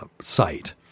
site